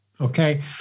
Okay